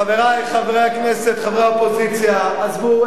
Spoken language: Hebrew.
חברי חברי הכנסת, חברי האופוזיציה, עזבו.